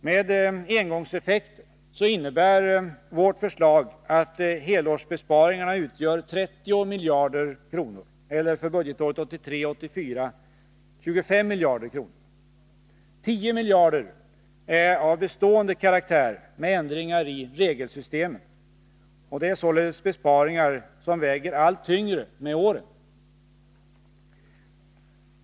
Med engångseffekter innebär vårt förslag att helårsbesparingarna utgör 30 miljarder kronor — för budgetåret 1983/84 25 miljarder kronor. 10 miljarder är av bestående karaktär med ändringar i regelsystemen. Det är således besparingar som väger allt tyngre med åren.